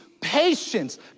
patience